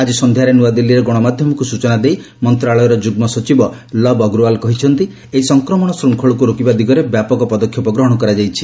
ଆକି ସନ୍ଧ୍ୟାରେ ନ୍ତଆଦିଲ୍ଲୀରେ ଗଣମାଧ୍ୟମକୁ ସ୍ଟଚନା ଦେଇ ମନ୍ତ୍ରଶାଳୟର ଯୁଗ୍ଲ ସଚିବ ଲବ୍ ଅଗ୍ରୱାଲ କହିଛନ୍ତି ଏହି ସଂକ୍ରମଣ ଶୃଙ୍ଖଳକୁ ରୋକିବା ଦିଗରେ ବ୍ୟାପକ ପଦକ୍ଷେପ ଗ୍ରହଣ କରାଯାଇଛି